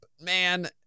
man